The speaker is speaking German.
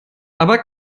aber